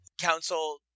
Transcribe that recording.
council